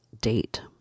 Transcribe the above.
date